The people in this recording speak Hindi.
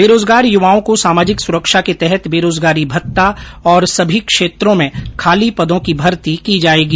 बेरोजगार युवाओं को सामाजिक सुरक्षा के तहत बेरोजगारी भत्ता और सभी क्षेत्रों में खाली पदों की भर्ती की जॉएगी